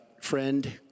friend